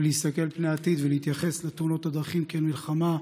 להסתכל פני עתיד ולהתייחס לתאונות הדרכים כאל מלחמה,